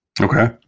Okay